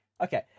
okay